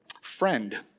friend